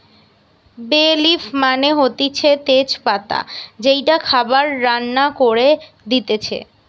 বে লিফ মানে হতিছে তেজ পাতা যেইটা খাবার রান্না করে দিতেছে